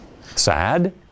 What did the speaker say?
sad